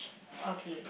okay